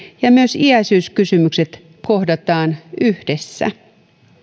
ja myös iäisyyskysymykset kohdataan yhdessä